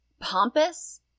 pompous